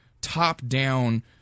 top-down